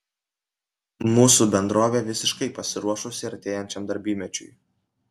mūsų bendrovė visiškai pasiruošusi artėjančiam darbymečiui